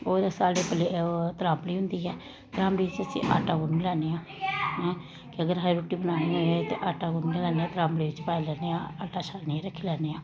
होर साढ़े ओह् त्रांबडी होंदी ऐ त्रांबड़ी च अस आटा गुन्नी लैन्ने आं के अगर असें रोटी बनानी होऐ ते आटा गुनन्ने त्रांबड़ी च पाई लैन्ने आं आटा छानियै रक्खी लैन्ने आं